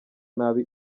nabi